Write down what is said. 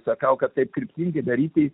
sakau kad taip pirkėjui daryti